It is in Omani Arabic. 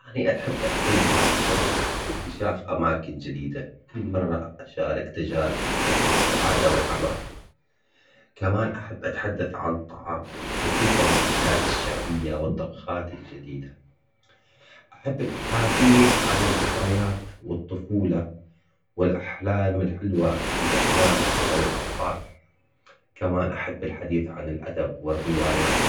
أني أحب أتكلم عن السفر واكتشاف أماكن جديدة، كل مرة أشارك تجاربي أحس بالسعادة والحماس، كمان أحب أتحدث عن الطعام خصوصاً الأكلات الشعبية والطبخات الجديدة، أحب الأحاديث عن الذكريات والطفولة والأحلام الحلوة اللي عشناها نحنا والأطفال كمان أحب الحديث عن الأدب والروايات.